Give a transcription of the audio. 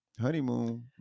honeymoon